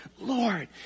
Lord